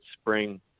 spring